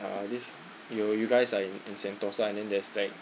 uh this you you guys are in in sentosa island and there's like